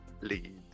lead